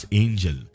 angel